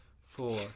four